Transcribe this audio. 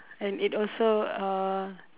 and it also uh